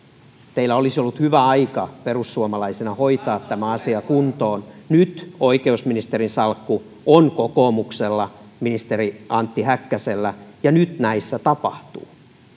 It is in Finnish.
teillä olisi ollut hyvää aikaa perussuomalaisina saada tämä asia kuntoon nyt oikeusministerin salkku on kokoomuksella ministeri antti häkkäsellä ja nyt näissä tapahtuu